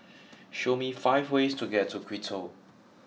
show me five ways to get to Quito